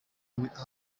with